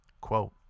Quote